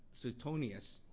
Suetonius